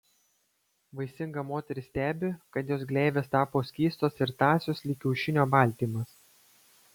vaisinga moteris stebi kad jos gleivės tapo skystos ir tąsios lyg kiaušinio baltymas